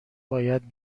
باید